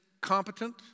competent